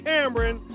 Cameron